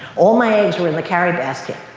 all my eggs were in the carrie basket.